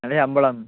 നല്ല ശമ്പളം